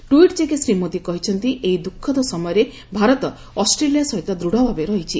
tweet ଯୋଗେ ଶ୍ରୀ ମୋଦି କହିଛନ୍ତି ଏହି ଦୁଃଖଦ ସମୟରେ ଭାରତ ଅଷ୍ଟ୍ରେଲିଆ ସହିତ ଦୂଢ଼ ଭାବେ ରହିଛି